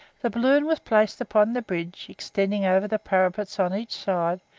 the balloon was placed upon the bridge, extending over the parapets on each side,